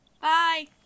bye